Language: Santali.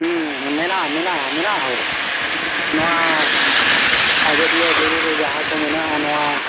ᱢᱮᱱᱟᱜᱼᱟ ᱢᱮᱱᱟᱜᱼᱟ ᱢᱮᱱᱟᱜᱼᱟ ᱱᱚᱣᱟ ᱟᱡᱚᱫᱤᱭᱟᱹ ᱵᱩᱨᱩ ᱨᱮ ᱡᱟᱦᱟᱸ ᱠᱚ ᱢᱮᱱᱟᱜᱼᱟ ᱱᱚᱣᱟ